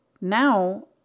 Now